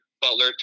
Butler